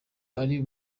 ari